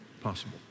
possible